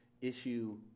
issue